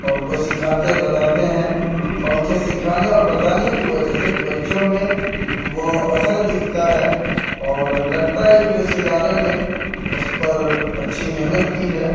اور ان کو سکھاتے بتاتے ہیں اور ان کے سکھانے اور بتانے کی وجہ سے بچّوں میں وہ اثر دکھتا ہے اور لگتا ہے کہ اس ادارے نے اس پر اچّھی محنت کی ہے